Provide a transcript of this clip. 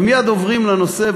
ומייד עוברים לנושא,